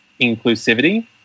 inclusivity